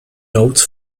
notes